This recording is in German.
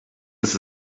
ist